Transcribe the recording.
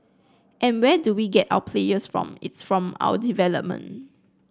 and where do we get our players from it's from our development